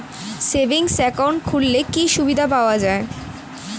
Savings account খুললে কি সুবিধা পাওয়া যায়?